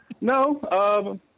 No